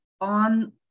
on